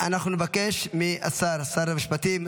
אנחנו נבקש משר המשפטים,